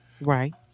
right